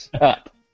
Up